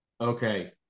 Okay